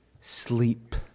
sleep